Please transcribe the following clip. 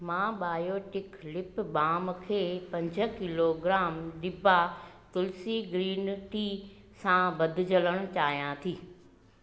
मां Biotique lip balm खे पंज किलोग्राम दिभा तुलसी ग्रीन टी सां बदिजलण चाहियां थी